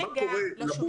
מה קורה לבוגרים שלה.